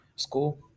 school